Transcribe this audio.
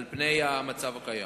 על פני המצב הקיים.